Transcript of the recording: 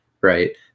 right